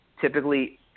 typically